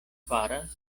faras